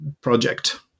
project